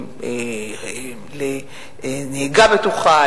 לנהיגה בטוחה,